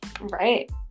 Right